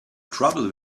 trouble